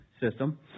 system